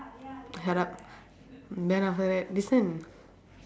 shut up and then after that listen